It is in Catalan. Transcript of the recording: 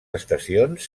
estacions